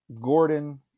Gordon